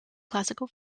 classical